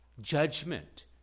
Judgment